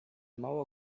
mało